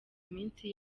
minsi